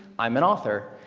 i'm an author.